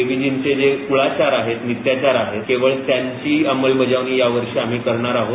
देवीजींचे जे कूळाचार आहेत नित्याचार आहेत केवळ त्यांची अंमलबजावणी यावर्षी आम्ही करणार आहोत